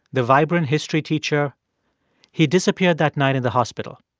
the vibrant history teacher he disappeared that night in the hospital.